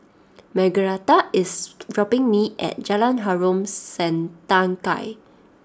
Margaretha is dropping me at Jalan Harom Setangkai